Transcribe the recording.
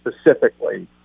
specifically